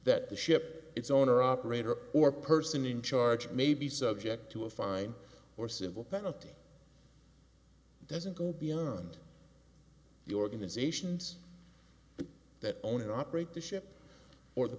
that the ship its owner operator or person in charge may be subject to a fine or civil penalty doesn't go beyond the organizations that own and operate the ship or the